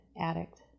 addict